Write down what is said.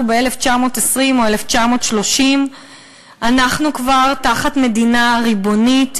ב-1920 או 1930. אנחנו כבר תחת מדינה ריבונית.